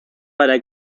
para